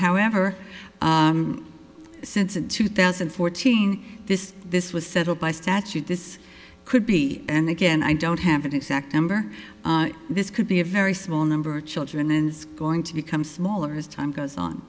however since in two thousand and fourteen this this was settled by statute this could be and again i don't have an exact number this could be a very small number of children and it's going to become smaller as time goes on